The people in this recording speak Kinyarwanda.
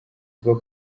bwo